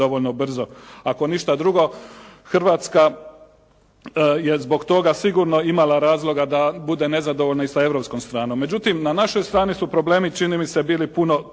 Ako ništa drugo Hrvatska je zbog toga sigurno imala razloga da bude nezadovoljna i sa europskom stranom. Međutim na našoj strani su problemi čini mi se bili puno teži.